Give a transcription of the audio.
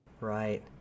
Right